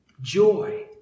joy